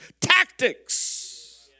tactics